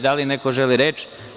Da li neko želi reč?